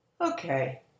Okay